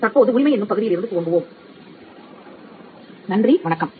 தற்போது உரிமை எனும் பகுதியில் இருந்து துவங்குவோம்